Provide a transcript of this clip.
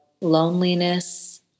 loneliness